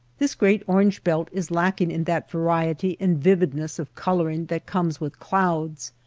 this great orange belt is lacking in that variety and vividness of coloring that comes with clouds,